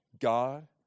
God